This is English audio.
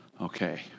Okay